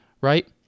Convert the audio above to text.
right